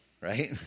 right